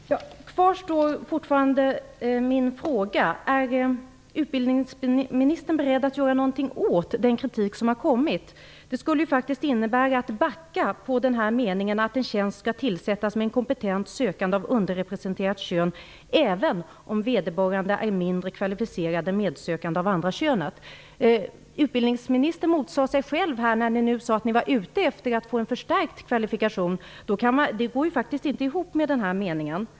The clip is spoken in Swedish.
Fru talman! Kvar står fortfarande min fråga: Är utbildningsministern beredd att göra någonting åt den kritik som har kommit? Det skulle faktiskt innebära att backa från formuleringen "att en tjänst skall tillsättas med en kompetent sökande av underrepresenterat kön även om vederbörande är mindre kvalificerad än medsökande av andra könet". Utbildningsministern motsade sig själv när han sade att man är ute efter att få en förstärkt kvalitet. Det går faktiskt inte ihop med denna mening.